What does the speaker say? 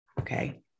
Okay